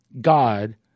God